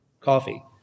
coffee